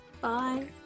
Bye